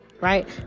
right